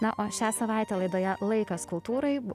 na o šią savaitę laidoje laikas kultūrai